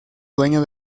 dueño